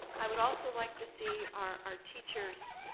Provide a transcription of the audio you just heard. i would also like to see our our teachers